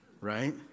right